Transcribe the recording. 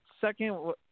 second